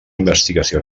investigació